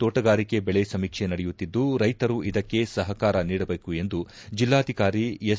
ತೋಟಗಾರಿಕೆ ಬೆಳೆ ಸಮೀಕ್ಷೆ ನಡೆಯುತ್ತಿದ್ದು ರೈತರು ಇದಕ್ಕೆ ಸಹಕಾರ ನೀಡಬೇಕು ಎಂದು ಜಿಲ್ಲಾಧಿಕಾರಿ ಎಸ್